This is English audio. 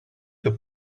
the